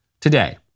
today